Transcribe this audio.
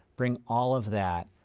bring all of that,